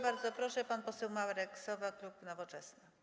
Bardzo proszę, pan poseł Marek Sowa, klub Nowoczesna.